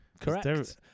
Correct